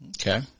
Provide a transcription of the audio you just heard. okay